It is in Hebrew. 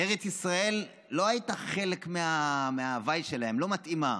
ארץ ישראל לא הייתה חלק מההווי שלהם, לא מתאימה.